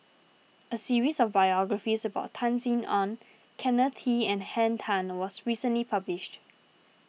a series of biographies about Tan Sin Aun Kenneth Kee and Henn Tan was recently published